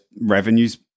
revenues